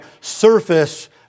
surface